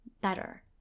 better